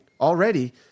already